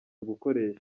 gukoresha